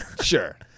Sure